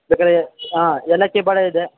ಬೇಕಾದ್ರೆ ಹಾಂ ಏಲಕ್ಕಿ ಬಾಳೆ ಇದೆ